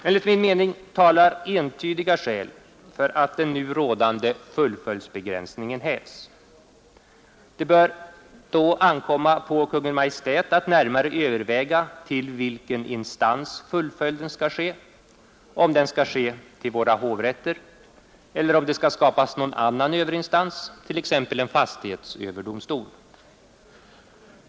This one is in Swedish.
Enligt min mening talar entydiga skäl för att den nu rådande fullföljdsbegränsningen hävs. Det bör då ankomma på Kungl. Maj:t att närmare överväga till vilken instans fullföljden skall ske; om den skall ske till våra hovrätter eller om det skall skapas någon annan överinstans, t.ex. en fastighetsöverdomstol.